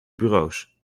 bureaus